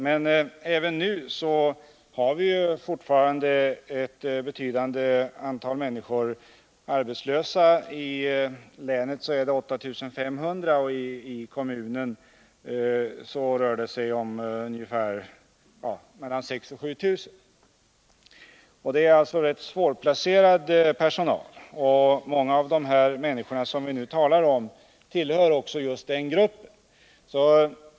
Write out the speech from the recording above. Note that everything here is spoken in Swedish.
Men vi har ju fortfarande ett betydande antal människor arbetslösa — i länet 8 500 och i kommunen 6 000-7 000. Nr 26 Många av dessa människor som vi nu talar om tillhör också gruppen rätt - Måndagen den svårplacerad personal.